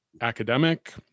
academic